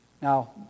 Now